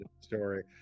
story